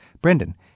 Brendan